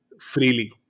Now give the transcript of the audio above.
freely